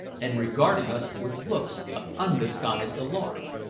and regarding us with looks of undisguised alarm.